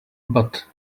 but